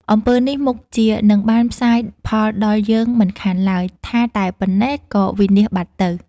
អំពើនេះមុខជានឹងបានផ្សាយផលដល់យើងមិនខានឡើយ” ថាតែប៉ុណ្ណេះ ក៏វិនាសបាត់ទៅ ។